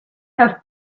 have